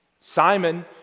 Simon